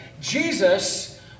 Jesus